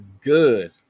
Good